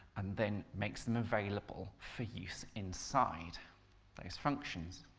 and then makes them available for use inside those functions.